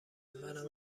منم